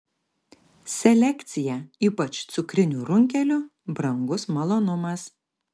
selekcija ypač cukrinių runkelių brangus malonumas